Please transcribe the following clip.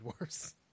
worse